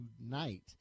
tonight